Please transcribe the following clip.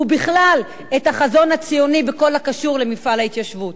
ובכלל את החזון הציוני בכל הקשור למפעל ההתיישבות.